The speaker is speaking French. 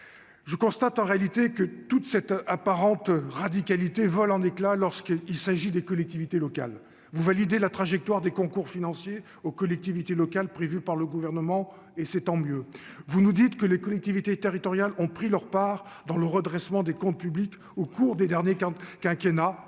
je constate en réalité que toute cette apparente radicalité vole en éclats lorsqu'il s'agit des collectivités locales vous valider la trajectoire des concours financiers aux collectivités locales prévues par le gouvernement, et c'est tant mieux, vous nous dites que les collectivités territoriales ont pris leur part dans le redressement des comptes publics au cours des derniers qu'un quinquennat